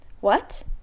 What